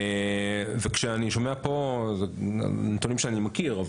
כשאני שומע פה נתונים שאני מכיר,